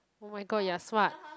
oh my god you are smart